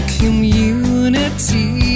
community